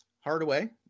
Hardaway